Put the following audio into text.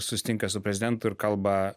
susitinka su prezidentu ir kalba